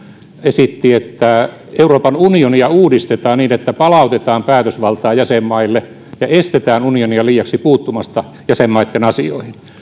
esitti että euroopan unionia uudistetaan niin että palautetaan päätösvaltaa jäsenmaille ja estetään unionia liiaksi puuttumasta jäsenmaitten asioihin